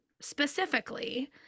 specifically